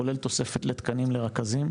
כולל תוספת לתקנים לרכזים,